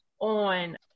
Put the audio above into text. on